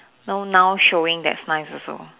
no now showing that's nice also